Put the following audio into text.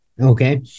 Okay